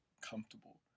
comfortable